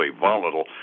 volatile